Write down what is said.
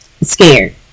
Scared